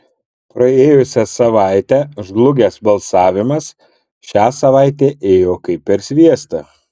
praėjusią savaitę žlugęs balsavimas šią savaitę ėjo kaip per sviestą